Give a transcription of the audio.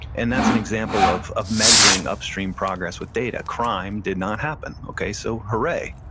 and that's an example of of measuring upstream progress with data. crime did not happen. okay, so hurray.